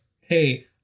hey